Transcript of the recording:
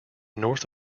north